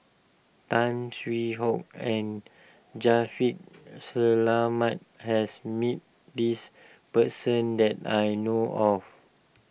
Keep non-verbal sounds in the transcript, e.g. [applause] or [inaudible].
Tan Hwee Hock and [unintelligible] Selamat has met this person that I know of